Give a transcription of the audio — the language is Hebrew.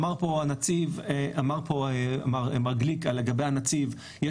אמר פה מר גליק לגבי הנציב,